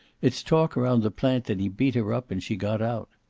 it's talk around the plant that he beat her up, and she got out.